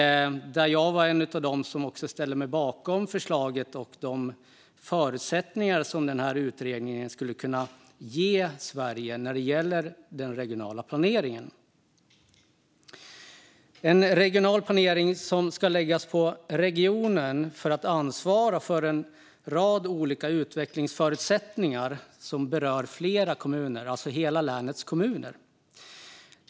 Där var jag en av dem som ställde sig bakom förslaget och de förutsättningar som utredningen skulle kunna ge Sverige när det gäller den regionala planeringen. Det är en regional planering som ska läggas på regionen för att ansvara för en rad olika utvecklingsförutsättningar som berör flera kommuner, alltså hela länets kommuner.